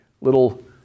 little